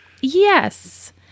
Yes